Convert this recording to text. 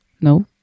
no